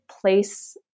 place –